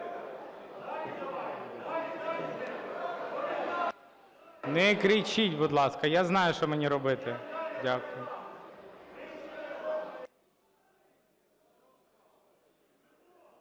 Не кричіть, будь ласка, я знаю, що мені робити. Дякую.